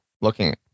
looking